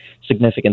significant